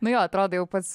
nu jo atrodo jau pats